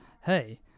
hey